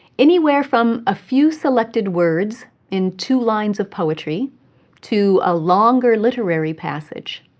anywhere from a few selected words in two lines of poetry to a longer literary passage.